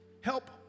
Help